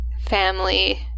family